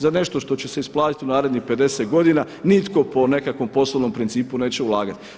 Za nešto što će se isplatiti u narednih 50 godina nitko po nekakvom poslovnom principu neće ulagati.